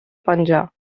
penjar